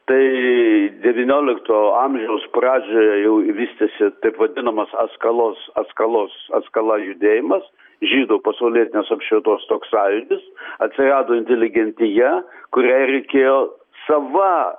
tai devyniolikto amžiaus pradžioje jau vystėsi taip vadinamas atskalos atskalos atskala judėjimas žydų pasaulietinės apšvietos toks sąjūdis atsirado inteligentija kuriai reikėjo sava